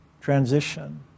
transition